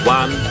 one